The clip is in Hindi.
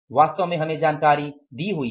वास्तव में हमें जानकारी दी हुई है